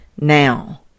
now